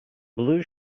blue